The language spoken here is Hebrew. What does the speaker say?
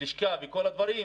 ולשכה וכל הדברים